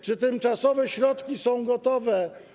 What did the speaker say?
Czy tymczasowe środki są gotowe?